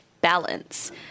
balance